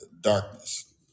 darkness